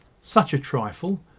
such a trifle.